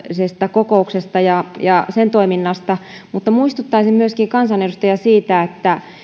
kokouksesta ja ja sen toiminnasta mutta muistuttaisin kansanedustajia myöskin siitä että